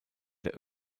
der